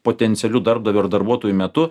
potencialiu darbdaviu ar darbuotoju metu